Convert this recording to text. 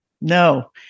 No